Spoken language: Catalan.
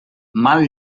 mal